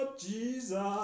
Jesus